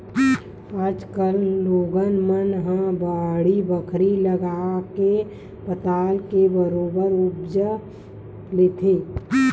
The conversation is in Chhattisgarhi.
आज कल लोगन मन ह बाड़ी बखरी लगाके पताल के बरोबर उपज लेथे